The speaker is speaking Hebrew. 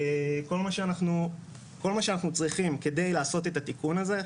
כל מה שאנחנו צריכים כדי לעשות את התיקון הזה,